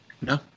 No